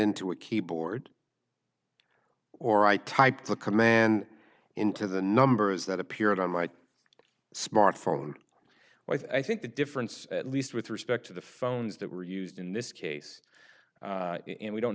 into a keyboard or i typed a command into the numbers that appeared on my smartphone well i think the difference at least with respect to the phones that were used in this case and we don't